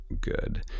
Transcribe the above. good